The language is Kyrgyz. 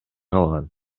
калган